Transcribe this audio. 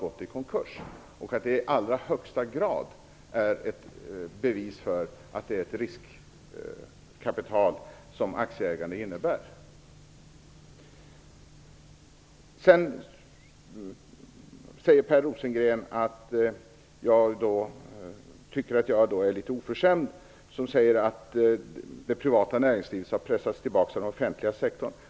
Det är i allra högsta grad bevis för att aktieägande innebär en risk. Per Rosengren tycker att jag är litet oförskämd som säger att det privata näringslivet har pressats tillbaks av den offentliga sektorn.